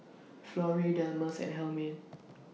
Florrie Delmas and